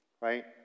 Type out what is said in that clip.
right